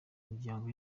imiryango